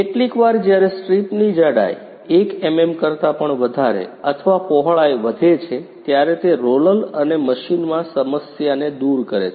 કેટલીકવાર જ્યારે સ્ટ્રીપની જાડાઈ 1mm કરતા પણ વધારે અથવા પહોળાઈ વધે છે ત્યારે તે રોલર અને મશીનમાં સમસ્યાને દૂર કરે છે